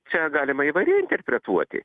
čia galima įvairiai interpretuoti